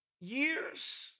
years